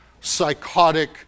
psychotic